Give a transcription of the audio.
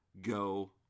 go